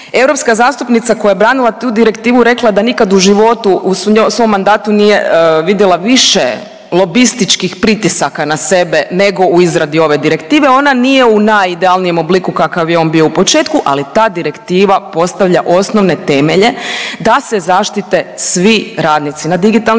Europska zastupnica koja je branila tu direktivu rekla je da nikad u životu u svom mandatu nije vidjela više lobističkih pritisaka na sebe nego u izradi ove direktive. Ona nije u najidealnijem obliku kakav je on bio u početku, ali ta direktiva postavlja osnovne temelje da se zaštite svi radnici na digitalnim platformama